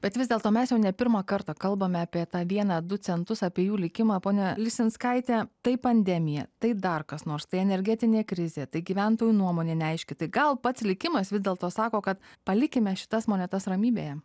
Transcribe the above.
bet vis dėlto mes jau ne pirmą kartą kalbame apie tą vieną du centus apie jų likimą ponia lisinskaite tai pandemija tai dar kas nors tai energetinė krizė tai gyventojų nuomonė neaiški tai gal pats likimas vis dėlto sako kad palikime šitas monetas ramybėje